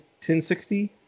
1060